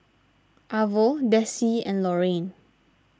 Arvo Dessie and Loraine